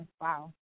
Wow